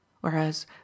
whereas